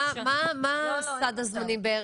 מה סד הזמנים בערך?